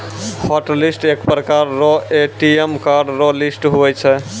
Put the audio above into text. hotlist एक प्रकार रो ए.टी.एम कार्ड रो लिस्ट हुवै छै